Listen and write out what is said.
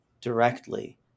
directly